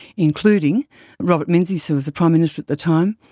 including robert menzies who was the prime minister at the time,